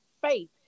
faith